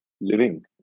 living